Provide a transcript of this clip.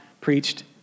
preached